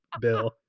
bill